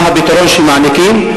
מה הפתרון שמעניקים,